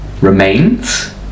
Remains